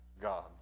God